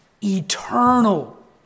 eternal